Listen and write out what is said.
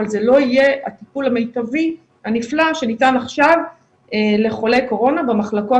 אבל זה לא יהיה הטיפול המיטבי הנפלא שניתן עכשיו לחולי קורונה במחלקות